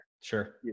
Sure